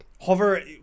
Hover